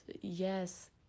yes